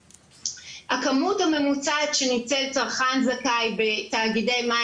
הכמות הממוצעת שניצל צרכן זכאי בתאגידי מים